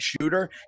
shooter